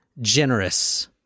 generous